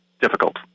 difficult